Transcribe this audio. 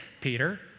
Peter